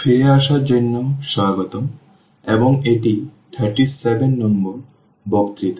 ফিরে আসার জন্য স্বাগতম এবং এটি 37 নম্বর বক্তৃতা